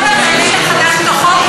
באוקטובר אני מוכנה,